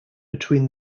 between